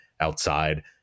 outside